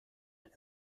and